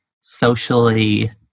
socially